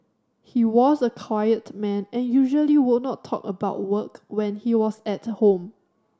he was a quiet man and usually would not talk about work when he was at home